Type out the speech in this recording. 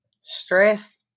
Stress